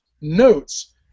notes